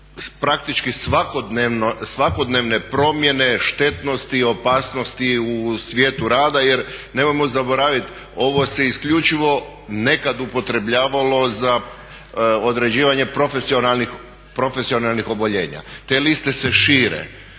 praktički svakodnevne promjene štetnosti i opasnosti u svijetu rada jer nemojmo zaboraviti ovo se isključivo nekad upotrebljavalo za određivanje profesionalnih oboljenja. Te liste se šire,